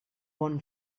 bon